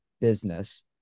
business